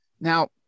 Now